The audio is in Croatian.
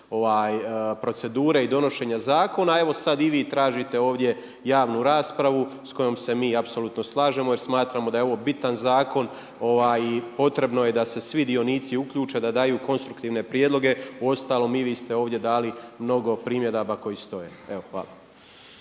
procedure i donošenja zakona, evo sad i vi tražite ovdje javnu raspravu s kojom se mi apsolutno slažemo jer smatramo da je ovo bitan zakon. I potrebno da se svi dionici uključe, da daju konstruktivne prijedloge, uostalom i vi ste ovdje dali mnogo primjedaba koje stoje. Evo hvala.